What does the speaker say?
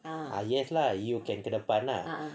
ah yes lah you can ke depan lah